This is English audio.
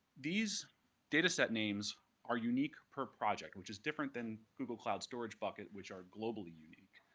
these data set names are unique per project, which is different than google cloud storage bucket, which are globally unique.